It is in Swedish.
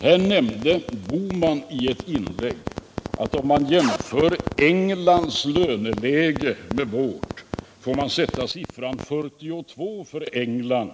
Herr Bohman nämnde i ett inlägg att om man jämför Englands löneläge med vårt får man sätta siffran 42 för England.